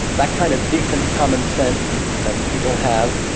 that kind of decent common sense that people have,